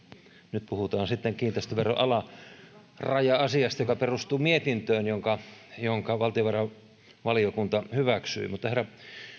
nyt puhutaan sitten kiinteistöveron alaraja asiasta joka perustuu mietintöön jonka jonka valtiovarainvaliokunta hyväksyi herra